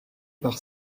par